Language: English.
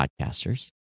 podcasters